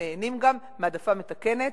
הם נהנים גם מהעדפה מתקנת